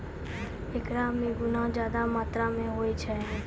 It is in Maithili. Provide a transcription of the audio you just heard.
एकरा मे गुना ज्यादा मात्रा मे होय छै